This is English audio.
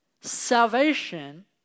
Salvation